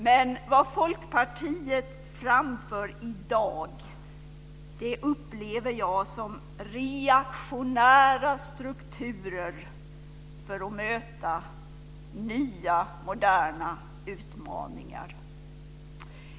Men det Folkpartiet framför i dag upplever jag som reaktionära strukturer för att möta nya moderna utmaningar.